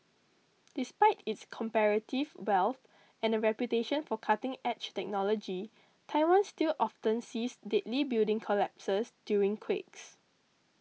despite its comparative wealth and a reputation for cutting edge technology Taiwan still often sees deadly building collapses during quakes